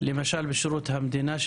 למשל בשירות המדינה,